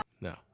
No